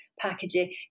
packaging